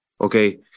Okay